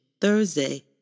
Thursday